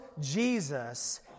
Jesus